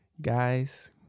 Guys